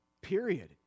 Period